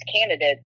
candidate